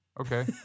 Okay